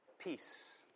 peace